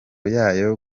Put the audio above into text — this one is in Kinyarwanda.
yayo